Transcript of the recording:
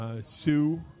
Sue